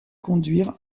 conduire